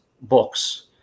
books